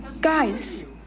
Guys